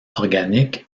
organiques